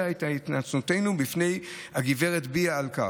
את התנצלותנו בפני גב' ביאעה על כך.